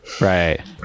Right